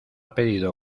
pedido